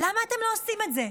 למה אתם לא עושים את זה?